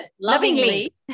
lovingly